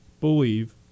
believe